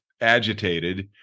agitated